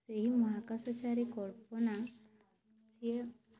ସେଇ ମହାକାଶଚାରୀ କଳ୍ପନା ସିଏ